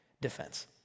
defense